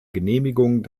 genehmigung